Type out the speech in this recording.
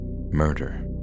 murder